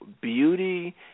beauty